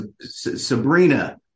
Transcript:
Sabrina